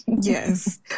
Yes